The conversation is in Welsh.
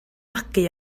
magu